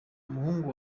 umuhungu